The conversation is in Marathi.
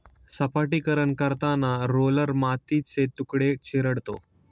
सपाटीकरण करताना रोलर मातीचे तुकडे चिरडतो